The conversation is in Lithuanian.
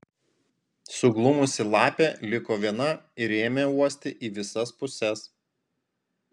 suglumusi lapė liko viena ir ėmė uosti į visas puses